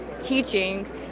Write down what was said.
teaching